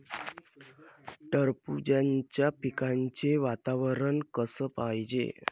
टरबूजाच्या पिकाले वातावरन कस पायजे?